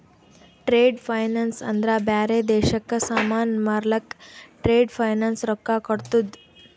trade finance ಅಂದ್ರ ಬ್ಯಾರೆ ದೇಶಕ್ಕ ಸಾಮಾನ್ ಮಾರ್ಲಕ್ ಟ್ರೇಡ್ ಫೈನಾನ್ಸ್ ರೊಕ್ಕಾ ಕೋಡ್ತುದ್